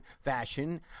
fashion